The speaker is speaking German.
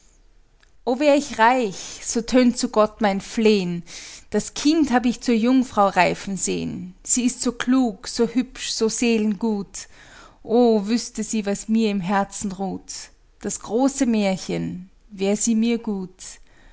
o wär ich reich so tönt zu gott mein fleh'n das kind hab ich zur jungfrau reifen seh'n sie ist so klug so hübsch so seelengut o wüßte sie was mir im herzen ruht das große märchen wäre sie mir gut